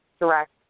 direct